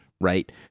right